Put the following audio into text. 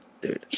dude